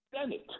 Senate